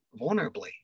vulnerably